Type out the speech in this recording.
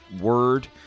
word